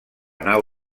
nau